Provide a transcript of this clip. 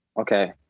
okay